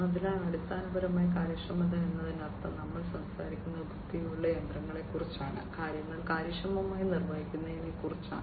അതിനാൽ അടിസ്ഥാനപരമായി കാര്യക്ഷമത എന്നതിനർത്ഥം നമ്മൾ സംസാരിക്കുന്നത് ബുദ്ധിയുള്ള യന്ത്രങ്ങളെക്കുറിച്ചാണ് കാര്യങ്ങൾ കാര്യക്ഷമമായി നിർവഹിക്കുന്നതിനെക്കുറിച്ചാണ്